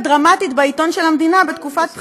דרמטית בעיתון של המדינה בתקופת בחירות.